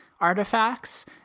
artifacts